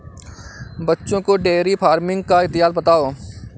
बच्चों को dairy farming का इतिहास बताओ